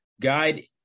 guide